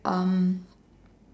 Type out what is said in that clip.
um